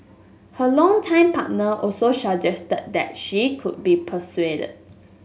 her longtime partner also suggested that she could be persuaded